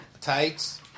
tights